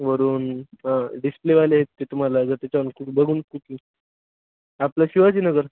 वरून डिस्प्लेवाले आहेत ते तुम्हाला जर त्याच्यावरून बघून कुठं आपलं शिवाजीनगर